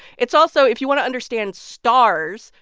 it's also if you want to understand stars,